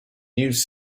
used